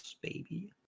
baby